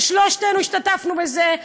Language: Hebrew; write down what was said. ששלושתנו השתתפנו בזה,